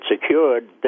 secured